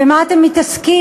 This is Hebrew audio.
במה אתם מתעסקים?